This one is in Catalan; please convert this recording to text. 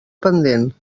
pendent